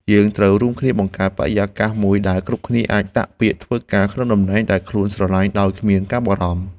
យើងត្រូវរួមគ្នាបង្កើតបរិយាកាសមួយដែលគ្រប់គ្នាអាចដាក់ពាក្យធ្វើការក្នុងតំណែងដែលខ្លួនស្រឡាញ់ដោយគ្មានការបារម្ភ។